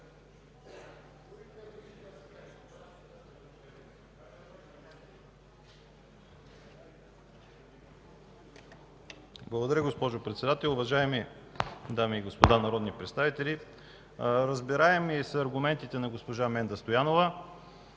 Благодаря, госпожо Председател. Уважаеми дами и господа народни представители! Разбираеми са аргументите на госпожа Менда Стоянова.